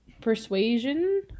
persuasion